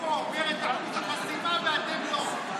הוא עובר את אחוז החסימה ואתם לא.